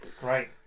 great